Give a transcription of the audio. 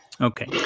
Okay